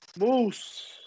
Moose